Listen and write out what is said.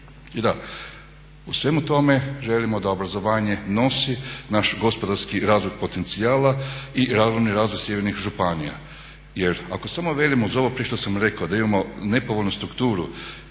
I da u svemu tome želimo da obrazovanje nosi naš gospodarski razvoj potencijala i razvojni razvoj sjevernih županija jer ako samo velimo za ovo prije što sam rekao da imamo nepovoljnu strukturu